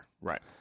Right